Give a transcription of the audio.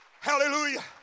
Hallelujah